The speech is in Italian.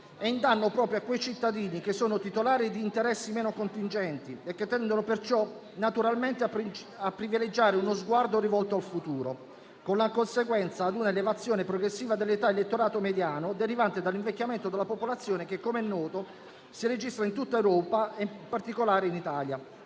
è in danno proprio ai cittadini titolari di interessi meno contingenti e che perciò tendono naturalmente a privilegiare uno sguardo rivolto al futuro, con la conseguenza di un'elevazione progressiva dell'età dell'elettorato mediano derivante dall'invecchiamento della popolazione che, com'è noto, si registra in tutta Europa e, in particolare, in Italia.